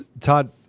Todd